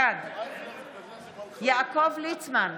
בעד יעקב ליצמן,